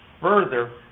Further